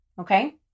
okay